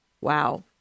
Wow